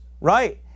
right